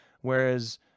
whereas